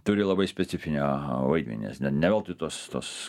turi labai specifinio vaidmenis ne veltui tos tos